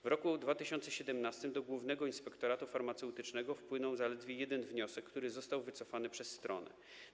W roku 2017 do Głównego Inspektoratu Farmaceutycznego wpłynął zaledwie jeden wniosek, który został wycofany przez stronę.